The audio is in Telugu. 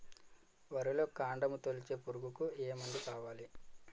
వరిలో కాండము తొలిచే పురుగుకు ఏ మందు వాడాలి?